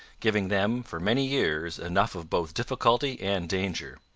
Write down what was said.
giving them for many years enough of both difficulty and danger.